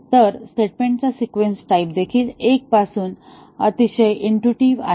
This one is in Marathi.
तर स्टेटमेंट चा सिक्वेन्स टाईप देखील 1 पासून अतिशय इंटुईटीव्ह आहे